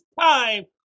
time